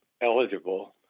eligible